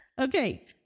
Okay